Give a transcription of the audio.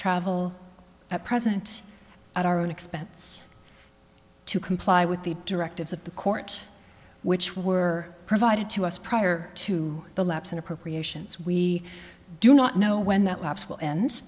travel at present at our own expense to comply with the directives of the court which were provided to us prior to the lapse in appropriations we do not know when that lapse will end